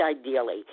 ideally